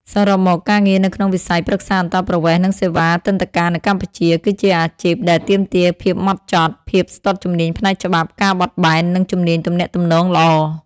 សរុបមក ការងារនៅក្នុងវិស័យប្រឹក្សាអន្តោប្រវេសន៍ និងសេវាទិដ្ឋាការនៅកម្ពុជា គឺជាអាជីពដែលទាមទារភាពម៉ត់ចត់ ភាពស្ទាត់ជំនាញផ្នែកច្បាប់ ការបត់បែន និងជំនាញទំនាក់ទំនងល្អ។